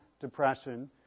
depression